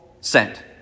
sent